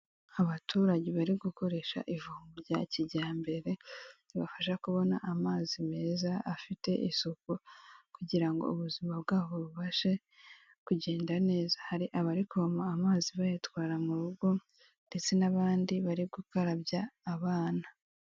Abaturage bari gukoresha ivuro rya kijyambere ribafasha kubona amazi meza afite isuku kugira ngo ubuzima bwabo bubashe kugenda neza, hari abari kuvoma amazi bayatwara mu rugo ndetse n'abandi bari gukarabya abana.